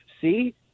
see